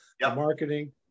marketing